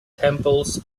temples